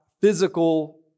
physical